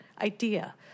idea